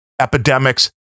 epidemics